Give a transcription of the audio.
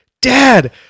Dad